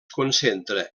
concentra